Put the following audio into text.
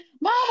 Mom